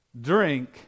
drink